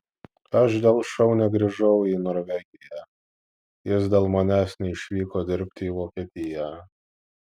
aš dėl šou negrįžau į norvegiją jis dėl manęs neišvyko dirbti į vokietiją